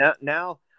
now